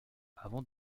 avant